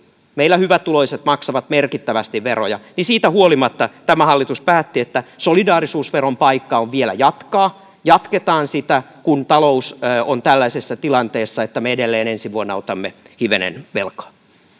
meillä hyvätuloiset maksavat merkittävästi veroja siitä huolimatta tämä hallitus päätti että solidaarisuusveron paikka on vielä jatkaa jatketaan sitä kun talous on tällaisessa tilanteessa että me edelleen ensi vuonna otamme hivenen velkaa